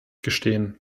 gestehen